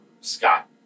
Scott